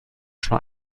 schon